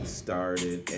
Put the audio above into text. started